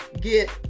get